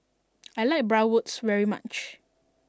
I like Bratwurst very much